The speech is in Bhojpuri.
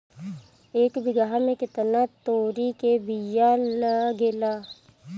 एक बिगहा में केतना तोरी के बिया लागेला?